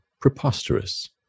preposterous